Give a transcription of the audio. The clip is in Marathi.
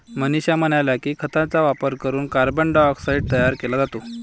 मनीषा म्हणाल्या की, खतांचा वापर करून कार्बन डायऑक्साईड तयार केला जातो